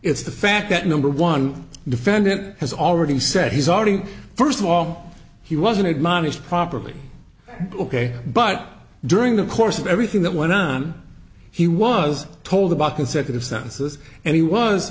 it's the fact that number one defendant has already said he's already first of all he wasn't admonished properly ok but during the course of everything that went on he was told about consecutive sentences and he was